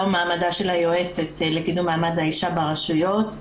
ומעמדה של היועצת לקידום מעמד האשה ברשויות,